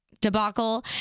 debacle